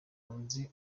nzi